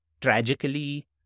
tragically